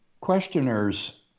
questioner's